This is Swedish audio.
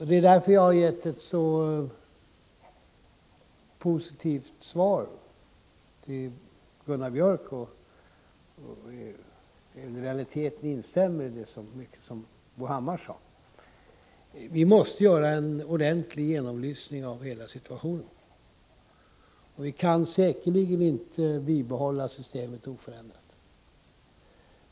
Det är därför som jag har gett ett så positivt svar till Gunnar Biörck i Värmdö och i realiteten instämmer i mycket av det som Bo Hammar sade. Vi måste göra en ordentlig genomlysning av hela situationen. Vi kan säkerligen inte bibehålla systemet oförändrat.